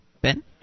Ben